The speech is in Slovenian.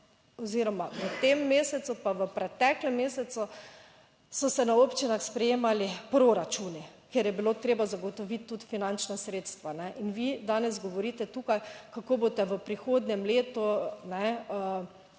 oziroma v tem mesecu, pa v preteklem mesecu, so se na občinah sprejemali proračuni, kjer je bilo treba zagotoviti tudi finančna sredstva. In vi danes govorite tukaj, kako boste v prihodnjem letu,